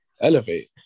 elevate